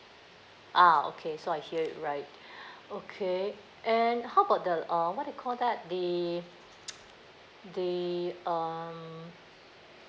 ah okay so I hear it right okay and how about the uh what they call that the the um